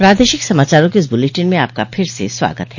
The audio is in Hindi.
प्रादेशिक समाचारों के इस बुलेटिन में आपका फिर से स्वागत है